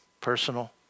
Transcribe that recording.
personal